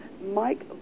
Mike